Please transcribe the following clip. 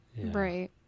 Right